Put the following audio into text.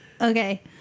Okay